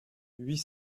huit